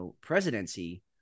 presidency